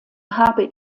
habe